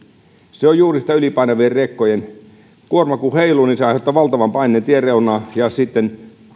se on juuri sitä ylipainavien rekkojen kuorma kun heiluu niin se aiheuttaa valtavan paineen tien reunaan ja sitten